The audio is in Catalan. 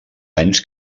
anys